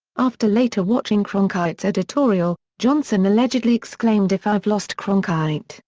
after later watching cronkite's editorial, johnson allegedly exclaimed if i've lost cronkite,